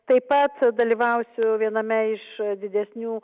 taip pat dalyvausiu viename iš didesnių